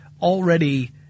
already